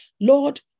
Lord